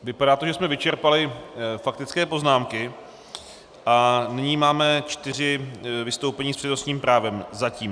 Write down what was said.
Vypadá to, že jsme vyčerpali faktické poznámky, a nyní máme čtyři vystoupení s přednostním právem, zatím.